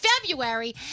February